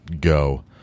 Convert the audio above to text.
go